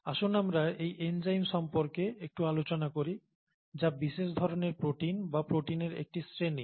আসুন আমরা এই এনজাইম সম্পর্কে একটু আলোচনা করি যা বিশেষ ধরনের প্রোটিন বা প্রোটিনের একটি শ্রেণী